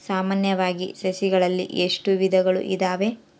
ಸಾಮಾನ್ಯವಾಗಿ ಸಸಿಗಳಲ್ಲಿ ಎಷ್ಟು ವಿಧಗಳು ಇದಾವೆ?